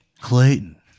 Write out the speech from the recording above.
Clayton